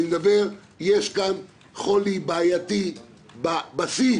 יש כאן חולי בעייתי בבסיס,